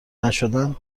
نشدن